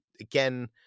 again